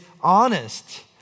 honest